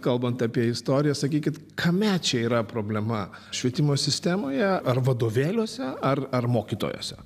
kalbant apie istoriją sakykit kame čia yra problema švietimo sistemoje ar vadovėliuose ar ar mokytojuose